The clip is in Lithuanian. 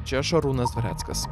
čia šarūnas dvareckas